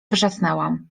wrzasnęłam